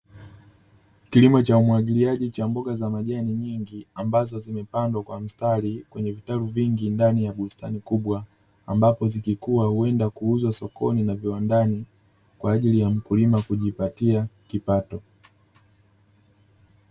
Kilimo cha umwagiliaji cha mboga za majani nyingi ambazo zimepandwa kwa mstari, kwenye vitalu vingi ndani ya bustani kubwa, ambapo zikikua huenda kuuzwa sokoni na viwandani kwa ajili ya mkulima kujipatia kipato.